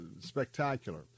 spectacular